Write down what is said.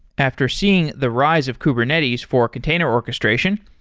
after seeing the rise of kubernetes for a container orchestration,